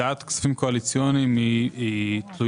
הקצאת כספים קואליציוניים היא תלויה